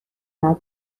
بعد